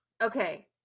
Okay